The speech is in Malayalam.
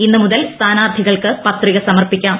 ഇന്ന് കൃത്ത്ൽ സ്ഥാനാർത്ഥികൾക്ക് പത്രിക സമർപ്പിക്കാം